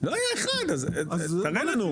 לא יהיה אחד אז תענה לנו.